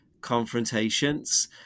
confrontations